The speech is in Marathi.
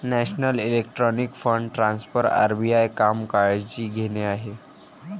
national electronic fund transfer RBI काम काळजी घेणे आहे